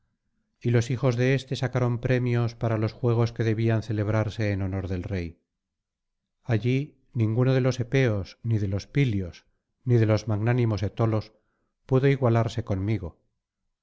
y los hijos de éste sacaron premios para los juegos que debían celebrarse en honor del rey allí ninguno de los epeos ni de los pilios ni de los magnánimos etolos pudo igualarse conmigo